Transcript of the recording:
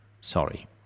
Sorry